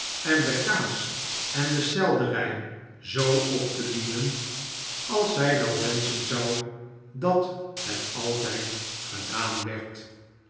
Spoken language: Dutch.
en de kaas en de seiderij zoo op te dienen als zij wel wenschen zou dat het altijd gedaan werd